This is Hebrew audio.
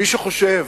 מי שחושב